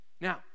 now